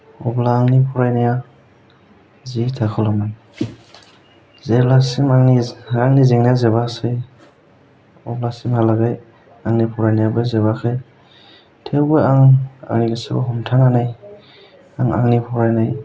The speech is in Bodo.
अब्ला आंनि फरायनाया जि हेंथा खालामो जेब्लासिम आंनि रांनि जेंनाया जोबासै अब्लासिम आंना बे आंनि फरायनायाबो जोबाखै थेवबो आं आंनि गोसोखौ हमथानानै आं आंनि फरायनाय